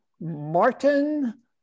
Martin